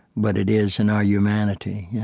but it is in our humanity